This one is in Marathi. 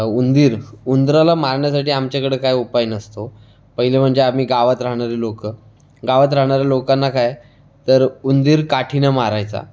उंदीर उंदराला मारण्यासाठी आमच्याकडं काय उपाय नसतो पहिले म्हणजे आम्ही गावात राहणारी लोकं गावात राहणाऱ्या लोकांना काय तर उंदीर काठीनं मारायचा